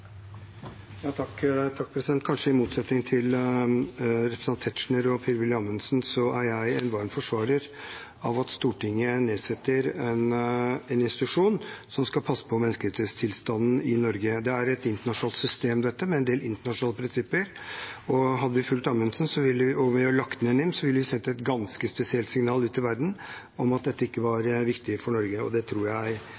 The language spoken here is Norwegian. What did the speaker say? av at Stortinget nedsetter en institusjon som skal passe på menneskerettighetstilstanden i Norge. Det er et internasjonalt system, dette, med en del internasjonale prinsipper, og hadde vi fulgt Amundsen og lagt ned NIM, ville vi sendt et ganske spesielt signal ut i verden om at dette